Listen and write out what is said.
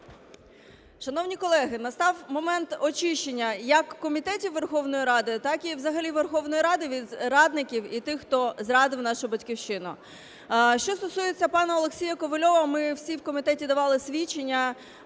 Шановні колеги, настав момент очищення як комітетів Верховної Ради, так і взагалі Верховної Ради, від радників і тих, хто зрадив нашу Батьківщину. А що стосується пана Олексія Ковальова, ми всі в комітеті давали свідчення